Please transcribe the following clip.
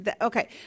Okay